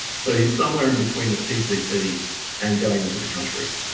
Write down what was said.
so you're somewhere in between the pct and going into the countries.